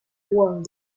world